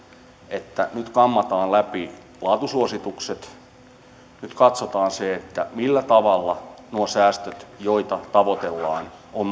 että nyt kammataan läpi laatusuositukset nyt katsotaan se millä tavalla nuo säästöt joita tavoitellaan on